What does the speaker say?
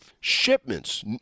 Shipments